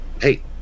hey